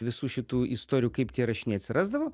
visų šitų istorijų kaip tie rašiniai atsirasdavo